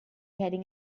heading